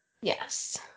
yes